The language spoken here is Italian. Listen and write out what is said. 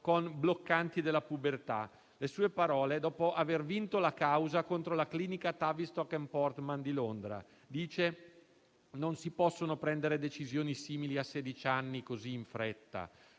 con bloccanti della pubertà. Le sue parole, dopo aver vinto la causa contro la clinica Tavistock and Portman di Londra: «Non si possono prendere decisioni simili a sedici anni e così in fretta.